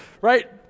right